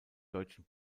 deutschen